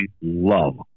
love